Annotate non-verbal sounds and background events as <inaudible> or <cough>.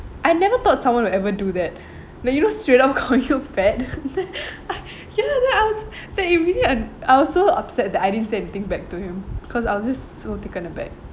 I never thought someone would ever do that like you know straight up call you fat <laughs> ya lah I was that you really and I was so upset that I didn't say anything back to him cause I was just so taken it back